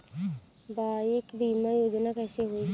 Bike बीमा योजना कैसे होई?